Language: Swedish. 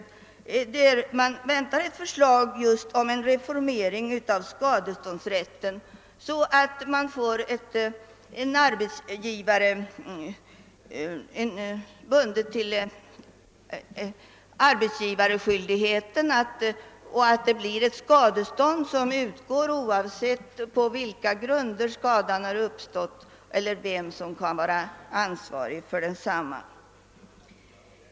Man väntar nämligen därifrån ett förslag just om reformering av skadeståndsrätten, så att man får en skyldighet för arbetsgivare att utge skadestånd oavsett på vilka grunder skadan har uppstått eller vem som kan vara ansvarig för densamma.